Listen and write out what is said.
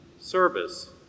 service